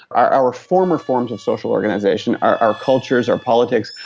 our our former forms of social organisation, our our cultures, our politics,